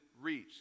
reach